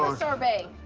sorbet.